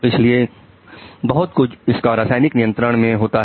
इसलिए बहुत कुछ इसका रासायनिक नियंत्रण में होता है